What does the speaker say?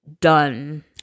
done